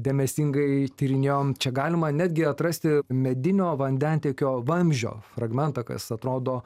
dėmesingai tyrinėjom čia galima netgi atrasti medinio vandentiekio vamzdžio fragmentą kas atrodo